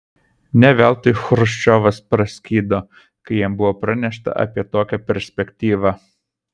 ne veltui chruščiovas praskydo kai jam buvo pranešta apie tokią perspektyvą